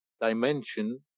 dimension